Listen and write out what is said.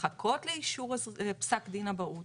לחכות לאישור פסק הדין אבהות,